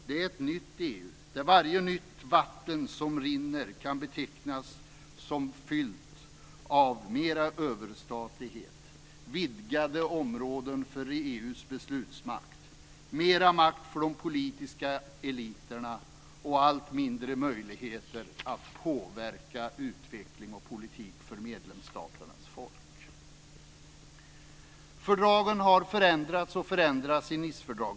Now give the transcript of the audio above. Det är ett nytt EU där varje nytt vatten som rinner kan betecknas som fyllt av mera överstatlighet, vidgade områden för EU:s beslutsmakt, mera makt för de politiska eliterna och allt mindre möjligheter att påverka utveckling och politik för medlemsstaternas folk. Fördragen har förändrats, och de förändras i och med Nicefördraget.